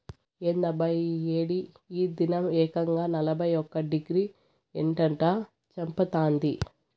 ఏందబ్బా ఈ ఏడి ఈ దినం ఏకంగా నలభై ఒక్క డిగ్రీ ఎండట చంపతాంది